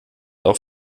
auch